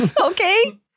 okay